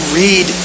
read